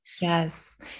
yes